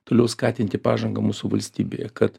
toliau skatinti pažangą mūsų valstybėje kad